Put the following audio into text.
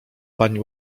pani